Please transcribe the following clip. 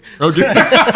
Okay